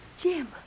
Jim